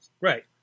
Right